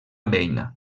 beina